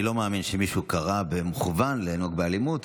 אני לא מאמין שמישהו קרא במכוון לנהוג באלימות,